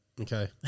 Okay